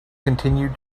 continued